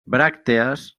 bràctees